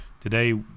Today